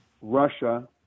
Russia